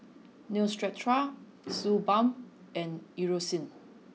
Neostrata Suu Balm and Eucerin